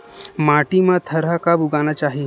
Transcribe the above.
माटी मा थरहा कब उगाना चाहिए?